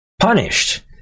punished